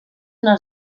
una